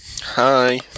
Hi